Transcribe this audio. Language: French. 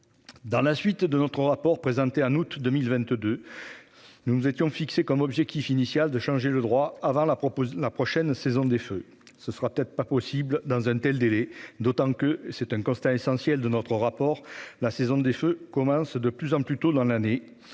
Dans la suite de notre rapport d'information présenté en août 2022, nous nous étions fixé comme objectif initial de changer le droit avant la prochaine saison des feux. Il ne sera peut-être pas possible de respecter un tel délai, d'autant que- c'est un constat essentiel de notre rapport -la saison des feux commence de plus en plus tôt dans l'année.